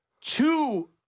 two